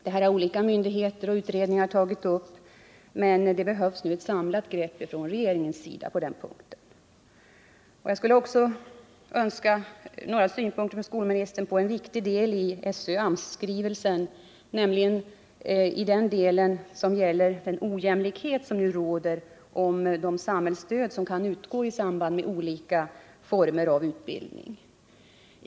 Detta har olika myndigheter och utredningar tagit upp, men det behövs nu ett samlat grepp från regeringens sida på den punkten. Jag skulle också önska några synpunkter från skolministern på en viktig del av SÖ-AMS-skrivelsen, nämligen i den delen som gäller den ojämlikhet som nu råder i fråga om de samhällsstöd som kan utgå i samband med olika former av utbildning.